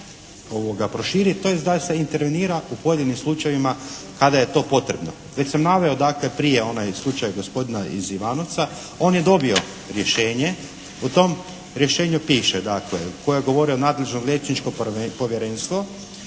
lista proširi, tj. da se intervenira u pojedinim slučajevima kada je to potrebno. Već sam naveo dakle prije onaj slučaj gospodina iz Ivanovca. On je dobio rješenje. U tom rješenju piše dakle, koji je govorio nadležno liječničko povjerenstvo